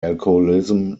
alcoholism